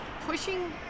pushing